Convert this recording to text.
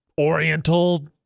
oriental